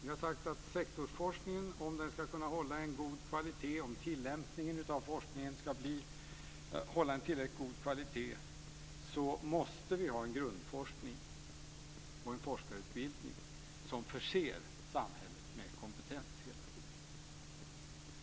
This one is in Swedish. Vi har sagt att för att sektorsforskningen ska kunna hålla en god kvalitet och för att tillämpningen av forskningen ska hålla tillräckligt god kvalitet måste vi ha en grundforskning och en forskarutbildning som hela tiden förser samhället med kompetens.